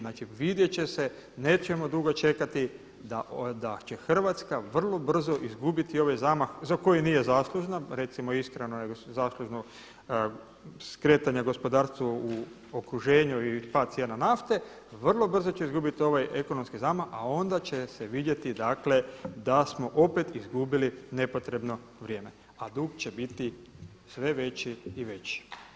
Znači vidjeti će se, nećemo dugo čekati da će Hrvatska vrlo brzo izgubiti ovaj zamah za koji nije zaslužna, recimo iskreno nego je zaslužno skretanje gospodarstva u okruženju i pad cijena nafte, vrlo brzo će izgubiti ovaj ekonomski zamah a onda će se vidjeti dakle da smo opet izgubili nepotrebno vrijeme a dug će biti sve veći i veći.